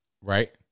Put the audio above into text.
right